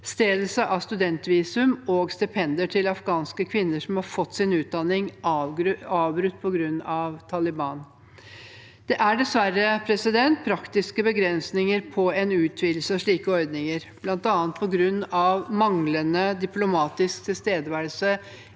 utstedelse av studentvisum og stipender til afghanske kvinner som har fått sin utdanning avbrutt på grunn av Taliban. Det er dessverre praktiske begrensninger på en utvidelse av slike ordninger, bl.a. på grunn av manglende diplomatisk tilstedeværelse